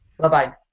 Bye-bye